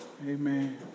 Amen